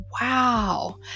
wow